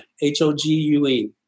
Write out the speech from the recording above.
H-O-G-U-E